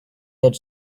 that